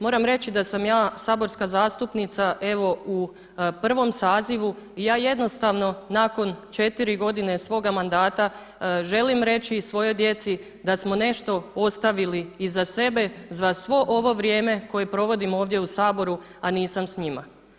Moram reći da sam ja saborska zastupnika evo u prvom sazivu i ja jednostavno nakon četiri godine svoga mandata želim reći svojoj djeci da smo nešto ostavili iza sebe za sve ovo vrijeme koje provodim ovdje u Saboru a nisam s njima.